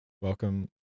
welcome